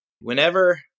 Whenever